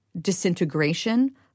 disintegration